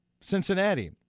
Cincinnati